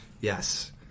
Yes